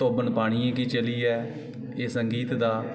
धोवन पानी गी चली ऐ एह् संगीत दा